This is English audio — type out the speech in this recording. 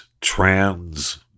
trans